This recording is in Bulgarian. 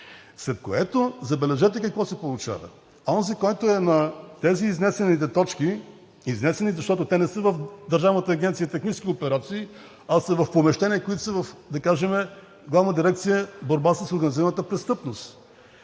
След което, забележете, какво се получава – онзи, който е на тези изнесени точки, изнесени, защото те не са в Държавната агенция „Технически операции", а са в помещения, които са, да кажем, в Главна дирекция „Борба с организираната престъпност“.